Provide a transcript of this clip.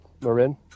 Marin